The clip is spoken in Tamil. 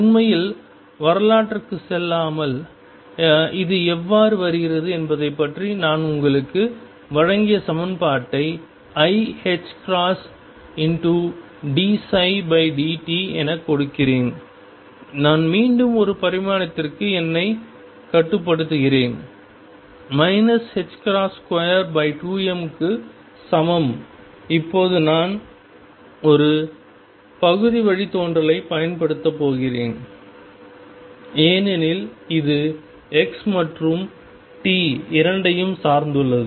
உண்மையில் வரலாற்றுக்குச் செல்லாமல் அது எவ்வாறு வருகிறது என்பதைப் பற்றி நான் உங்களுக்கு வழங்கிய சமன்பாட்டைiℏdψdt எனக் கொடுக்கிறேன் நான் மீண்டும் ஒரு பரிமாணத்திற்கு என்னை கட்டுப்படுத்துகிறேன் 22m க்கு சமம் இப்போது நான் ஒரு பகுதி வழித்தோன்றலைப் பயன்படுத்தப் போகிறேன் ஏனெனில் இது x மற்றும் t இரண்டையும் சார்ந்துள்ளது